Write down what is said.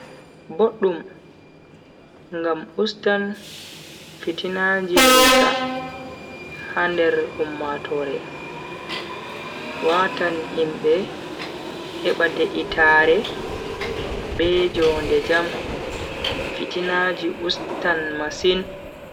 Boddum ngam ustan fitinaaji nguika ha nder ummatoore. watan himbe heba de'itaare be jonde jam fitinaji ustan masin.